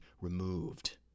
removed